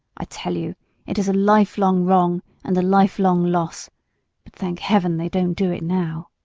i tell you it is a lifelong wrong, and a lifelong loss but thank heaven, they don't do it now.